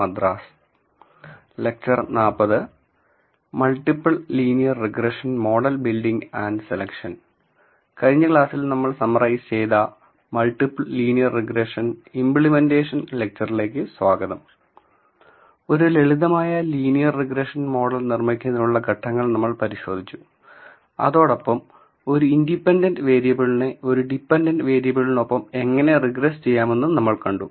multiple linear regression model building and selection കഴിഞ്ഞ ക്ലാസ്സിൽ നമ്മൾ സമ്മറൈസ് ചെയ്ത മൾട്ടിപ്പിൾ ലീനിയർ റിഗ്രെഷന്റെ ഇമ്പ്ലിമെന്റഷൻ ലെക്ച്ചറിലേക്ക് സ്വാഗതം ഒരു ലളിതമായ ലീനിയർ റിഗ്രഷൻ മോഡൽ നിർമ്മിക്കുന്നതിനുള്ള ഘട്ടങ്ങൾ നമ്മൾ പരിശോധിച്ചുഅതോടൊപ്പം ഒരു ഇൻഡിപെൻഡന്റ് വേരിയബിളിനെ ഒരു ഡിപെൻഡന്റ് വേരിയബിളിനൊപ്പം എങ്ങനെ റിഗ്രെസ്സ് ചെയ്യാമെന്നും നമ്മൾ കണ്ടു